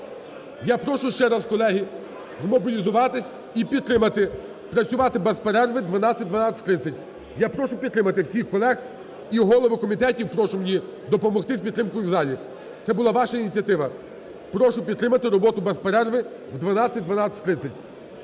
Я прошу ще раз, колеги, змобілізуватися і підтримати працювати без перерви 12:00-12:30. Я прошу підтримати всіх колег і голови комітеті прошу мені допомогти з підтримкою в залі, це була ваша ініціатива. Прошу підтримати роботу без перерви в 12:00-12:30.